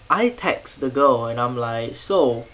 I text the girl and I'm like so